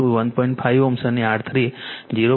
5 Ω અને R3 0